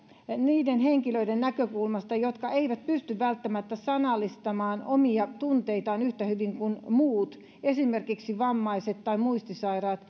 niiden henkilöiden näkökulmasta jotka eivät pysty välttämättä sanallistamaan omia tunteitaan yhtä hyvin kuin muut esimerkiksi vammaiset tai muistisairaat